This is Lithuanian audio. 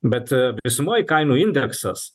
bet visumoj kainų indeksas